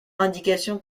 indication